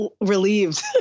relieved